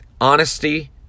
honesty